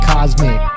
Cosmic